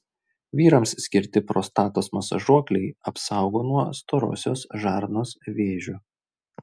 vyrams skirti prostatos masažuokliai apsaugo nuo storosios žarnos vėžio